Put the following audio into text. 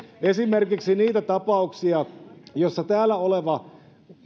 esimerkiksi ei niitä tapauksia joissa täällä oleva